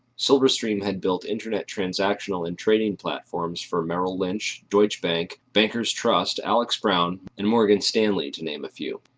silverstream had built internet transactional and trading platforms for merrill lynch, deutsche bank, banker's trust, alex brown, and morgan stanley to name a few.